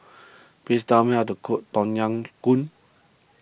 please tell me how to cook Tom Yam Goong